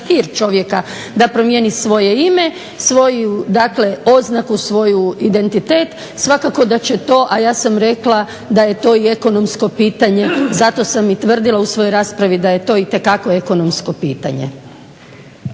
hir čovjeka da promijeni svoje ime svoju oznaku svoj identitet svakako da će to a ja sam rekla da je to i ekonomsko pitanje zato sam i tvrdila u svojoj raspravi da je to itekako ekonomsko pitanje.